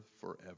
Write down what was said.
forever